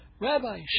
Rabbi